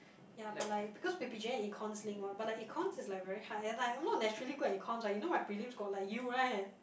ya but like because p_p_g_a and econs link one but like econs is like very hard and I'm not naturally good at econs you know my prelims got like U right